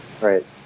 Right